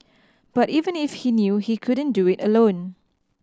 but even if he knew he couldn't do it alone